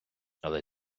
але